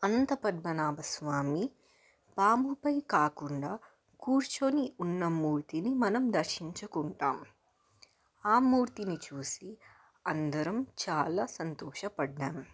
అనంతపద్మనాభ స్వామి పాముపై కాకుండా కూర్చొని ఉన్న మూర్తిని మనం దర్శించుకుంటాం ఆమ్మూర్తిని చూసి అందరం చాలా సంతోషపడ్డాం